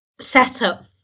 setup